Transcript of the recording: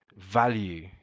value